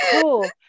Cool